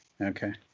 okay